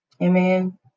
Amen